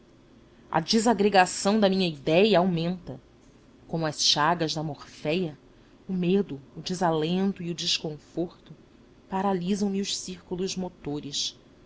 a desagregação da minha idéia aumenta como as chagas da morféia o medo o desalento e o desconforto paralisam me os círculos motores